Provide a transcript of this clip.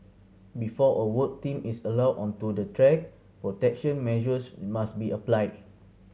before a work team is allowed onto the track protection measures must be applied